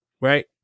Right